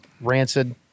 Rancid